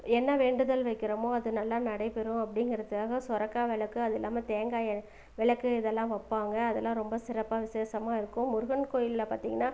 என்ன வேண்டுதல் வைக்கிறமோ அது நல்லா நடைபெறும் அப்படிங்கிறதுக்காக சுரக்கா விளக்கு அது இல்லாமல் தேங்காயை விளக்கு இதெல்லாம் வைப்பாங்க அதெல்லாம் ரொம்ப சிறப்பாக விசேஷமா இருக்கும் முருகன் கோயிலில் பார்த்தீங்கன்னா